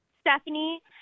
stephanie